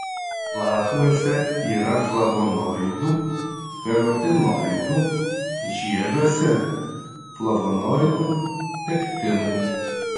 lapuose yra flavonoidų karotinoidų žieduose flavonoidų pektinų